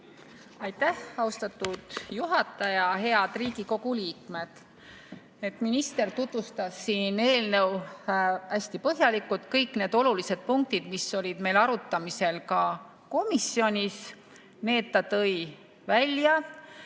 Aitäh, austatud juhataja! Head Riigikogu liikmed! Minister tutvustas siin eelnõu hästi põhjalikult. Kõik need olulised punktid, mis olid meil arutamisel ka komisjonis, ta tõi välja.